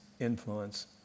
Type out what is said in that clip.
influence